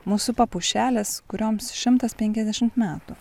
mūsų papušelės kurioms šimtas penkiasdešimt metų